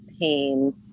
pain